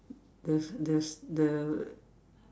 this this the